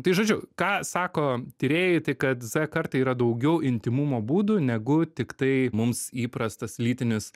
tai žodžiu ką sako tyrėjai tai kad z kartai yra daugiau intymumo būdų negu tik tai mums įprastas lytinis